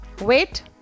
Wait